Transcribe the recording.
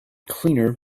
cleaner